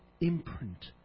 imprint